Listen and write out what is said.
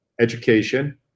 education